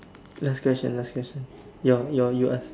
last question last question your your you ask